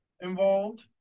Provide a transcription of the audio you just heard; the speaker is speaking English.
involved